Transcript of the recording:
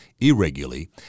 irregularly